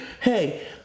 Hey